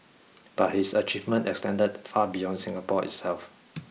but his achievement extended far beyond Singapore itself